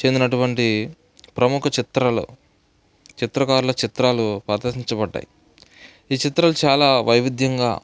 చెందినటువంటి ప్రముఖ చిత్రాలు చిత్రకారుల చిత్రాలు ప్రదర్శించబడ్డాయి ఈ చిత్రాలు చాలా వైవిధ్యంగా